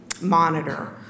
monitor